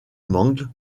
mangles